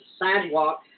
sidewalk